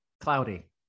Cloudy